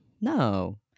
no